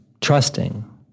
trusting